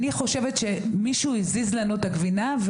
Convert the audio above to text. אני חושבת שמישהו הזיז לנו את הגבינה,